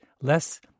less